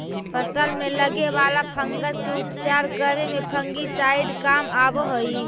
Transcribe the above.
फसल में लगे वाला फंगस के उपचार करे में फंगिसाइड काम आवऽ हई